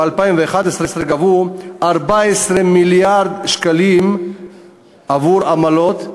ב-2011 גבו 14 מיליארד שקלים עבור עמלות,